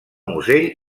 musell